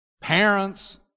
parents